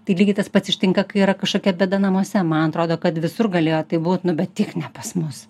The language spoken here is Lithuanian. tai lygiai tas pats ištinka kai yra kažkokia bėda namuose man atrodo kad visur galėjo taip būt nu bet tik ne pas mus